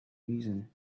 reason